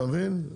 אתה מבין?